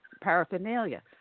paraphernalia